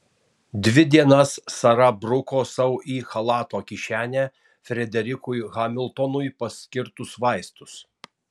dvi dienas sara bruko sau į chalato kišenę frederikui hamiltonui paskirtus vaistus